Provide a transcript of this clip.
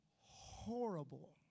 horrible